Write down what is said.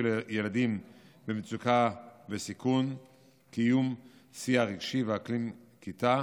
ילדים במצוקה ובסיכון ולקיום שיח סיוע רגשי באקלים הכיתה.